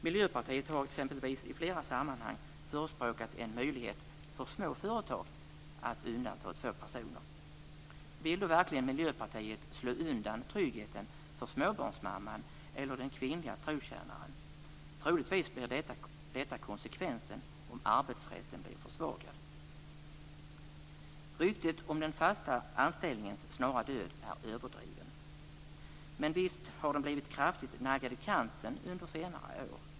Miljöpartiet har exempelvis i flera sammanhang förespråkat en möjlighet för små företag att undanta två personer. Vill då verkligen Miljöpartiet slå undan tryggheten för småbarnsmamman eller den kvinnliga trotjänaren? Troligtvis blir detta konsekvensen om arbetsrätten blir försvagad. Ryktet om den fasta anställningens snara död är överdrivet. Men visst har den blivit kraftigt naggad i kanten under senare år.